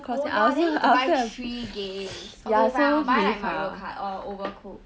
oh ya then you have to buy three games okay fine I will buy like mario kart or overcooked